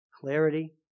clarity